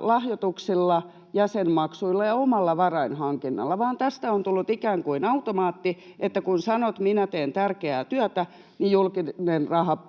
lahjoituksilla, jäsenmaksuilla ja omalla varainhankinnalla, vaan tästä on tullut ikään kuin automaatti, että kun sanot ”minä teen tärkeää työtä”, niin julkinen rahapussi